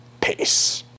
Peace